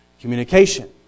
communication